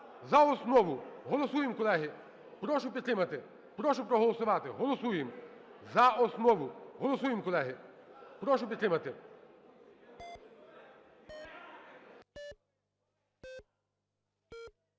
за основу. Голосуємо, колеги. Прошу підтримати. Прошу проголосувати. Голосуємо за основу. Голосуємо, колеги. Прошу підтримати.